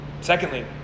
Secondly